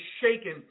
shaken